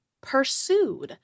Pursued